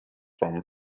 from